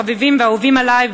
חביבים ואהובים עלי,